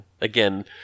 Again